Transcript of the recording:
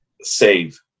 Save